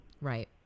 Right